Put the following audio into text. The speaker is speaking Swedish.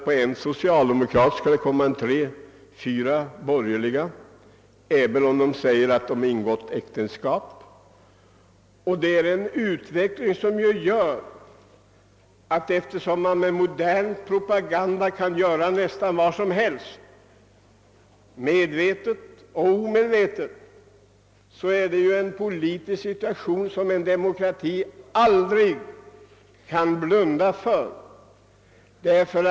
På varje socialdemokrat går det tre eller fyra borgerliga, även om dessa nu säges ha ingått äktenskap. Eftersom man med modern propaganda medvetet eller omedvetet kan åstadkomma nästan vad som helst, är detta en situation som vi inte kan blunda för.